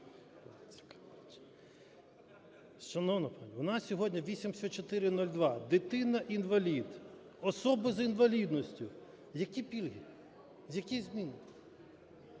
Шановна пані, у нас сьогодні 8402, дитина-інвалід, особа з інвалідністю. Які пільги? Які зміни?